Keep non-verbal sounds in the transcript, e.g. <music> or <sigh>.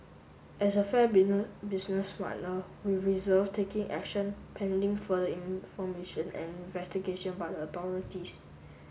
as a fair <unintelligible> business partner we reserved taking action pending further information and investigation by authorities